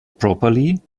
properly